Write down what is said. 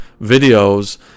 videos